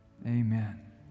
amen